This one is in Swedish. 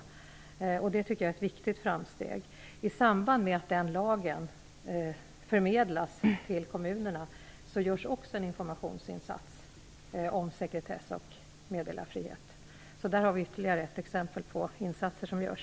Det tycker jag är ett viktigt framsteg. I samband med att den lagen förmedlas till kommunerna görs också en informationsinsats om sekretess och meddelarfrihet. Där har vi ytterligare ett exempel på insatser som görs.